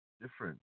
different